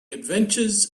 adventures